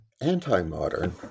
anti-modern